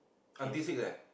until six eh